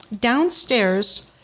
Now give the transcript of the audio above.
downstairs